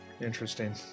Interesting